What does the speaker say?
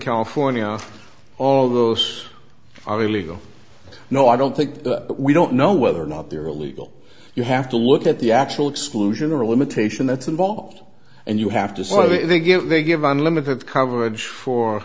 california all those are illegal no i don't think we don't know whether or not they're illegal you have to look at the actual exclusion or a limitation that's involved and you have to see why they give they give unlimited coverage for